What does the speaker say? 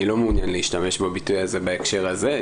לא מעוניין להשתמש בביטוי הזה בהקשר הזה,